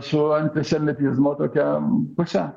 su antisemitizmo tokia puse